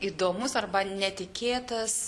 įdomus arba netikėtas